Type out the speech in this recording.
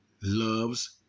loves